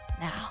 now